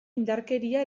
indarkeria